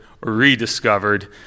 Rediscovered